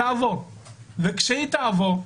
כשהיא תעבור,